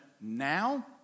now